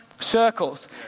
circles